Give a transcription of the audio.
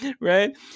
Right